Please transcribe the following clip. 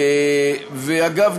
אגב,